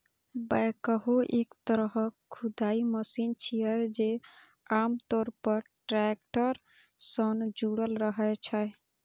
backhoe एक तरहक खुदाइ मशीन छियै, जे आम तौर पर टैक्टर सं जुड़ल रहै छै